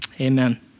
Amen